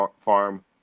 farm